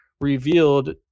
revealed